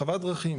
הרחבת דרכים,